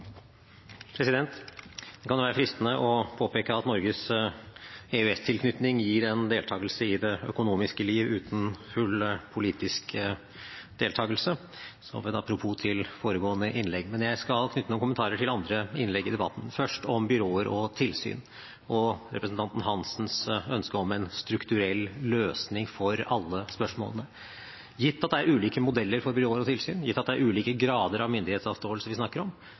Det kan være fristende å påpeke at Norges EØS-tilknytning gir en deltakelse i det økonomiske liv uten full politisk deltakelse, som et apropos til foregående innlegg. Men jeg skal knytte noen kommentarer til andre innlegg i debatten, først om byråer og tilsyn og representanten Svein Roald Hansens ønske om en strukturell løsning for alle spørsmålene. Gitt at det er ulike modeller for byråer og tilsyn, gitt at det er ulike grader av myndighetsavståelse vi snakker om,